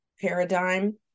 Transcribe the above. paradigm